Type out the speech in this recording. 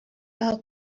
are